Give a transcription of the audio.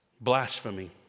Blasphemy